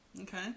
Okay